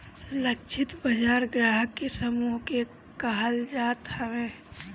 लक्षित बाजार ग्राहक के समूह के कहल जात हवे